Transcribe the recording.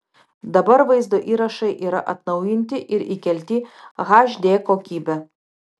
dabar vaizdo įrašai yra atnaujinti ir įkelti hd kokybe